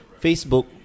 Facebook